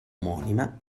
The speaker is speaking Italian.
omonima